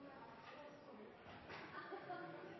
statsråd